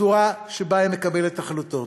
לצורה שבה היא מקבלת החלטות,